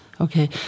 Okay